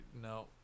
no